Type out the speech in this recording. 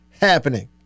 happening